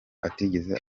atigeze